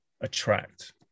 attract